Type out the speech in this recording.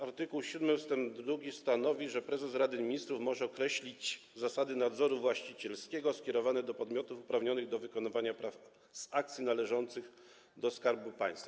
Art. 7 ust. 2 stanowi, że prezes Rady Ministrów może określić zasady nadzoru właścicielskiego skierowane do podmiotów uprawnionych do wykonywania praw z akcji należących do Skarbu Państwa.